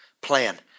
plan